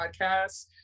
podcasts